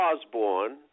Osborne